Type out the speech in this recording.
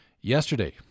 yesterday